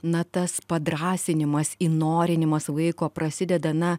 na tas padrąsinimas įnorinimas vaiko prasideda na